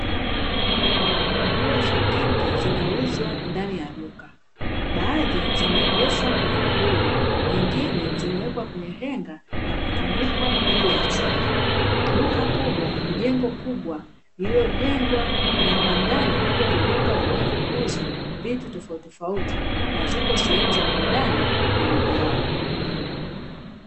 Nguo za kike zinauzwa ndani duka baadhi zimeveshwa kwenye midoli nyingine zimeweka kwenye henga na kutundikwa juu ya chuma, duka kubwa ni jengo kubwa lililojengwa na kwa ndani vipo viduka vinavtouza vitu tofautitofauti na zipo sehemu za burudani na migahawa.